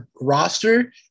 roster